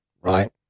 right